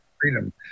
freedom